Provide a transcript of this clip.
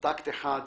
כי זו אותה הרתעה.